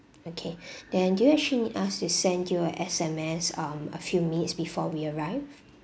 okay then do you actually need us to send you a S_M_S um a few minutes before we arrive